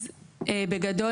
בגדול,